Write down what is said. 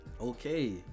Okay